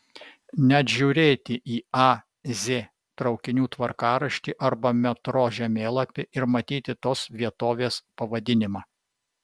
net žiūrėti į a z traukinių tvarkaraštį arba metro žemėlapį ir matyti tos vietovės pavadinimą